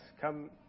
come